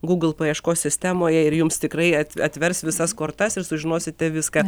google paieškos sistemoje ir jums tikrai atvers visas kortas ir sužinosite viską